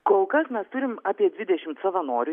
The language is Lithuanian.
kol kas mes turim apie dvidešimt savanorių